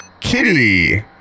Kitty